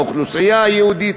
האוכלוסייה היהודית.